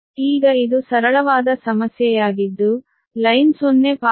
ಈಗ ಇದು ಸರಳವಾದ ಸಮಸ್ಯೆಯಾಗಿದ್ದು ಲೈನ್ 0